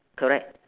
correct